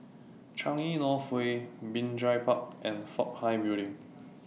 Changi North Way Binjai Park and Fook Hai Building